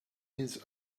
his